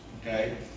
okay